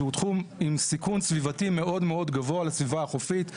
שהוא תחום עם סיכון סביבתי מאוד מאוד גבוה לסביבה החופית,